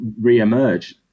re-emerge